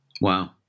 Wow